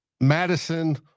Madison